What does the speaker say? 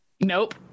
nope